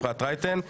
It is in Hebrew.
אפרת רייטן.